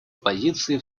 позиции